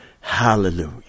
Hallelujah